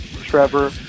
Trevor